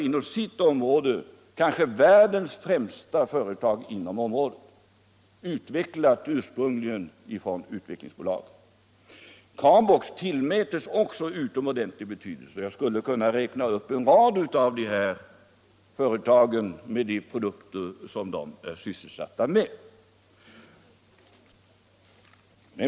Stansaab, som tillhör världens främsta företag inom sitt område, arbetar med produkter som ursprungligen kommit fram inom Utvecklingsaktiebolaget. Carbox tillmäts också utomordentlig betydelse — jag skulle kunna räkna upp en rad företag och de produkter som de är sysselsatta med.